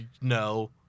no